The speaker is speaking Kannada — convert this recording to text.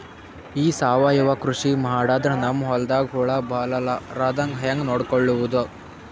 ಈ ಸಾವಯವ ಕೃಷಿ ಮಾಡದ್ರ ನಮ್ ಹೊಲ್ದಾಗ ಹುಳ ಬರಲಾರದ ಹಂಗ್ ನೋಡಿಕೊಳ್ಳುವುದ?